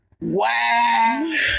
wow